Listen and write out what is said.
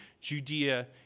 Judea